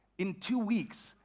in two weeks,